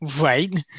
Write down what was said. Right